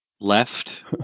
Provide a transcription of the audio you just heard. left